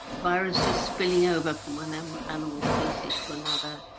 viruses spilling over from one um animal species to another,